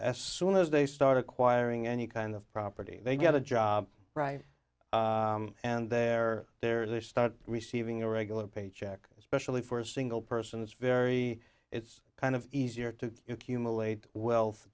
as soon as they start acquiring any kind of property they get a job right and they're there they start receiving a regular paycheck especially for a single person it's very it's kind of easier to cumulate wealth